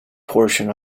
portion